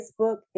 Facebook